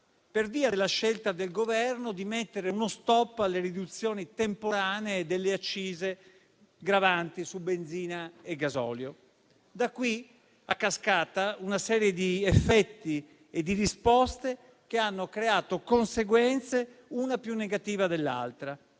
per via della scelta del Governo di mettere uno stop alle riduzioni temporanee delle accise gravanti su benzina e gasolio. Da qui, a cascata, una serie di effetti e di risposte che hanno creato conseguenze una più negativa dell'altra.